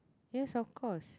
yes of course